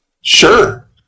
Sure